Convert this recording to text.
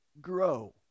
grow